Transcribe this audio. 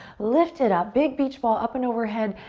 lift it up, big beach ball up and overhead.